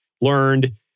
learned